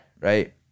right